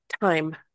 time